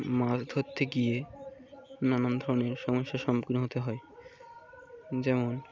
মাছ ধরতে গিয়ে নানান ধরনের সমস্যার সম্মুখীন হতে হয় যেমন